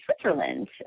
Switzerland